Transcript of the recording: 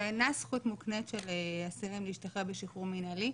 זו אינה זכות מוקנית של אסירים להשתחרר בשחרור מינהלי.